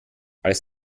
als